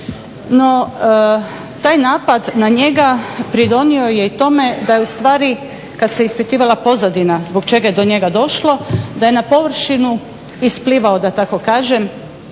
No, taj napad na njega pridonio je i tome da ustvari kad se ispitivala pozadina zbog čega je do njega došlo, da je na površinu isplivao da tako kažem